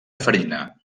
farina